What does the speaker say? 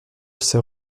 ces